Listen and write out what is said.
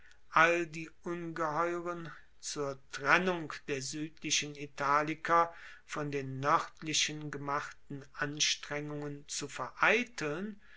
all die ungeheuren zur trennung der suedlichen italiker von den noerdlichen gemachten anstrengungen zu vereiteln